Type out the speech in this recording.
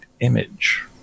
image